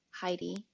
Heidi